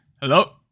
Hello